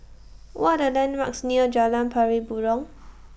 What Are The landmarks near Jalan Pari Burong